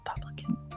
Republican